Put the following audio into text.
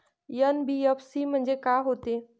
NBFC म्हणजे का होते?